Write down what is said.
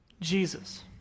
Jesus